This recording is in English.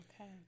Okay